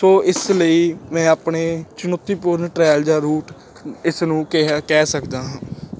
ਸੋ ਇਸ ਲਈ ਮੈਂ ਆਪਣੇ ਚੁਣੌਤੀਪੂਰਨ ਟ੍ਰਾਇਲ ਜਾਂ ਰੂਟ ਇਸ ਨੂੰ ਕਹਿ ਕਹਿ ਸਕਦਾ ਹਾਂ